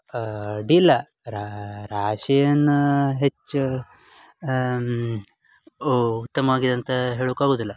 ಅಡ್ಡಿಯಿಲ್ಲ ರಾಶಿ ಏನು ಹೆಚ್ಚು ಓ ಉತ್ತಮ ಆಗಿದೆ ಅಂತ ಹೇಳುಕ್ಕೆ ಆಗುವುದಿಲ್ಲ